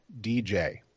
DJ